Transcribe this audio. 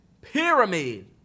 Pyramid